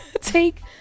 take